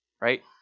right